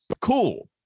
Cool